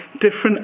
different